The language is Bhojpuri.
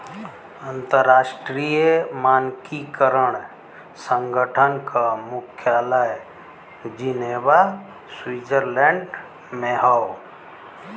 अंतर्राष्ट्रीय मानकीकरण संगठन क मुख्यालय जिनेवा स्विट्जरलैंड में हौ